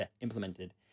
implemented